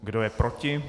Kdo je proti?